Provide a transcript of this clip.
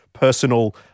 personal